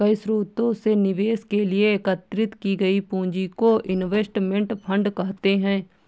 कई स्रोतों से निवेश के लिए एकत्रित की गई पूंजी को इनवेस्टमेंट फंड कहते हैं